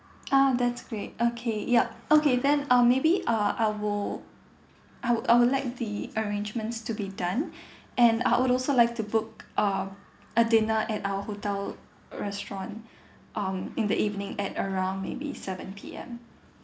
ah that's great okay yup okay then uh maybe uh I would I would I would let the arrangements to be done and I would also like to book uh a dinner at our hotel restaurant um in the evening at around maybe seven P_M